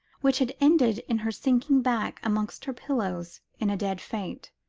which had ended in her sinking back amongst her pillows in a dead faint.